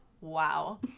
wow